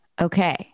Okay